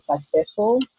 successful